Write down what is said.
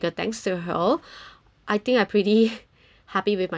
I think I'm pretty happy with my stay